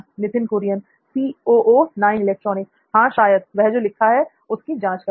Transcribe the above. नित्थिन कुरियन हां शायद वह जो लिखा है उसकी जांच करेगा